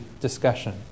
discussion